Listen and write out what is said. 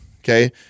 okay